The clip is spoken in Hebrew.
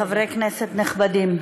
חברי כנסת נכבדים,